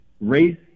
race